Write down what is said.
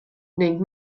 ning